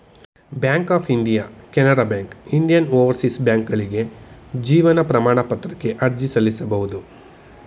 bank of India Canara Bank Indian overseas ಬ್ಯಾಂಕ್ಕ್ಗಳಿಗೆ ಜೀವನ ಪ್ರಮಾಣ ಪತ್ರಕ್ಕೆ ಅರ್ಜಿ ಸಲ್ಲಿಸಬಹುದು